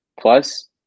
plus